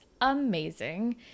amazing